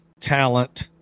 talent